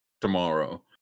tomorrow